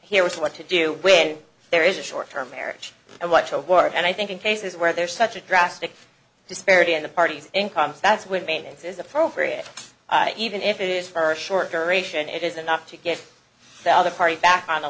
is what to do when there is a short term marriage and watch award and i think in cases where there's such a drastic disparity in the parties incomes that's when maintenance is appropriate even if it is for short duration it is enough to get the other party back on a